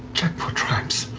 check for traps.